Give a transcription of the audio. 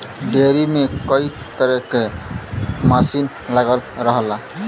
dairy में कई तरे क मसीन लगल रहला